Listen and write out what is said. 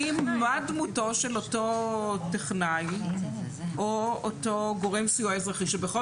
מה דמותו של אותו טכנאי או אותו גורם סיוע אזרחי שבכל